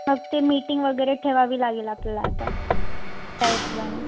मग ती मीटिंग वगैरे ठेवावी लागेल आपल्याला आता त्या हिशोबाने